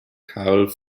carl